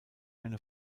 eine